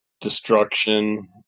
Destruction